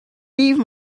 leave